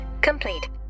complete